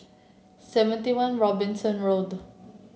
Seventy One Robinson Road